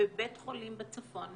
בבית חולים בצפון,